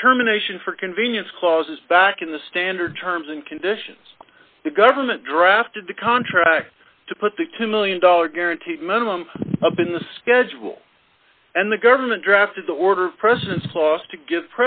determination for convenience clauses back in the standard terms and conditions the government drafted the contract to put the two million dollars guaranteed minimum up in the schedule and the government drafted the order precious clause to g